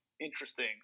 interesting